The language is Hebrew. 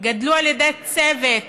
גדלו על ידי צוות